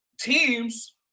teams